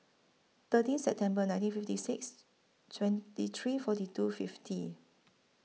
thirteen September nineteen fifty six twenty three forty two fifty